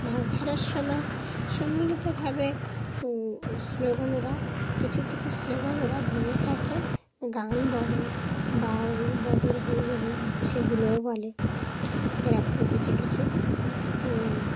মাছ ধরার সময় সম্মিলিতভাবে স্লোগান ওরা কিছু কিছু স্লোগান ওরা দিয়ে থাকে গান বলে বা ওই ব হই ওই সেগুলোও বলে এরকম কিছু কিছু